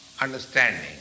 understanding